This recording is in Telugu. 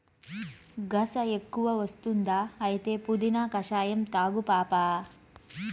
గస ఎక్కువ వస్తుందా అయితే పుదీనా కషాయం తాగు పాపా